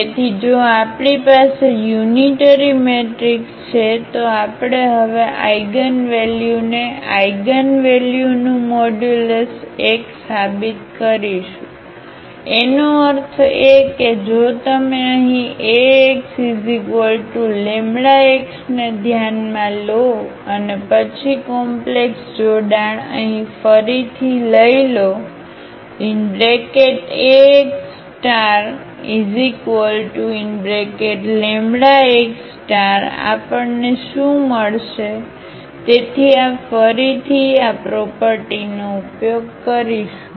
તેથી જો આપણી પાસે યુનિટરી મેટ્રિક્સ છે તો આપણે હવે આઇગનવેલ્યુને આઇગનવેલ્યુનું મોડ્યુલસ 1 સાબિત કરીશું એનો અર્થ એ કે જો તમે અહીં Ax λx ને ધ્યાનમાં લો અને પછી કોમ્પ્લેક્સ જોડાણ અહીં ફરીથી લઈ લો Axλx આપણને શું મળશે તેથી આ ફરીથી આ પ્રોપરટીનો ઉપયોગ કરીશું